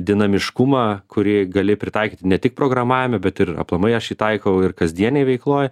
dinamiškumą kurį gali pritaikyti ne tik programavime bet ir aplamai aš jį taikau ir kasdienėj veikloj